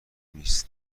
نیست